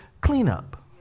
cleanup